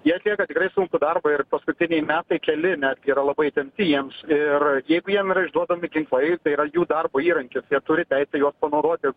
jie atlieka tikrai sunkų darbą ir paskutiniai metai keli yra labai įtempti jiems ir jeigu jiem yra išduodami ginklai tai yra jų darbo įrankis jie turi teisę juos nurodyt